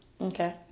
okay